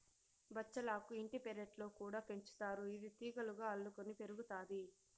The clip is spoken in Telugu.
బచ్చలాకు ఇంటి పెరట్లో కూడా పెంచుతారు, ఇది తీగలుగా అల్లుకొని పెరుగుతాది